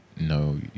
No